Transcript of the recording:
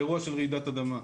באירוע של רעידת אדמה.